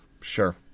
Sure